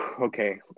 okay